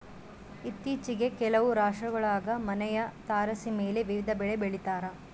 ಇತ್ತೀಚಿಗೆ ಕೆಲವು ರಾಷ್ಟ್ರಗುಳಾಗ ಮನೆಯ ತಾರಸಿಮೇಲೆ ವಿವಿಧ ಬೆಳೆ ಬೆಳಿತಾರ